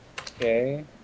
Okay